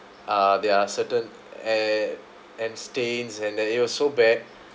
uh there are certain and and stains and that it was so bad